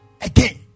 again